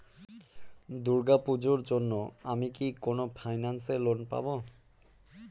দূর্গা পূজোর জন্য আমি কি কোন ফাইন্যান্স এ লোন পাবো?